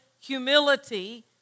humility